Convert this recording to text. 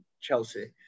Chelsea